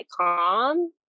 calm